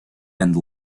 and